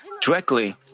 directly